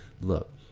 Look